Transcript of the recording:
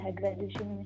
graduation